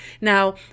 Now